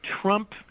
Trump